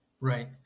right